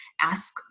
ask